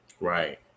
Right